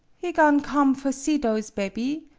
he go'n' come for see those bebby?